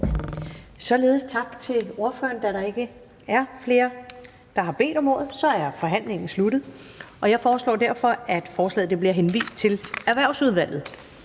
Således tak til ordføreren. Da der ikke er flere, der har bedt om ordet, er forhandlingen sluttet. Jeg foreslår derfor, at forslaget til folketingsbeslutning bliver henvist til Erhvervsudvalget.